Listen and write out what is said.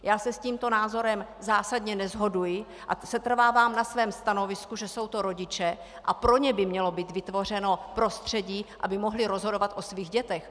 Já se s tímto názorem zásadně neshoduji a setrvávám na svém stanovisku, že jsou to rodiče a pro ně by mělo být vytvořeno prostředí, aby mohli rozhodovat o svých dětech.